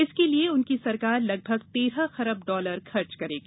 इसके लिए उनकी सरकार लगभग तेरह खरब डॉलर खर्च करेगी